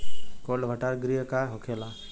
Cold भण्डार गृह का होखेला?